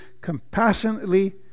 compassionately